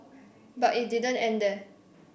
but it didn't end there